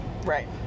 Right